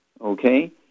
Okay